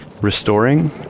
Restoring